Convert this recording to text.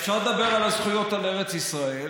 אפשר לדבר על הזכויות על ארץ ישראל,